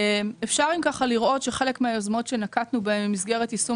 אפשר אם כך לראות שחלק מהיוזמות שנקטנו בהם במסגרת יישום